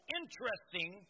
interesting